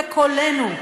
בקולנו.